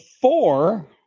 four